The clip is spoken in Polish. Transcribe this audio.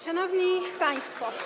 Szanowni Państwo!